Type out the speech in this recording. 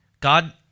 God